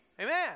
amen